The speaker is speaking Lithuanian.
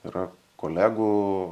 yra kolegų